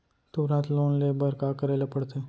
तुरंत लोन ले बर का करे ला पढ़थे?